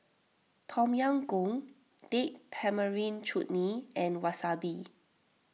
Tom Yam Goong Date Tamarind Chutney and Wasabi